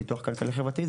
הפיתוח הכלכלי-חברתי,